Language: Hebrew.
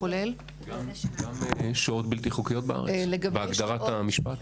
גם שוהות בלתי חוקיות בארץ, בהגדרת המשפט?